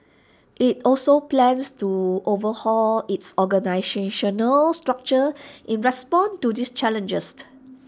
IT also plans to overhaul its organisational structure in response to these challenges